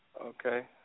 Okay